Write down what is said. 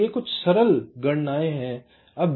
तो ये कुछ सरल गणनाएँ हैं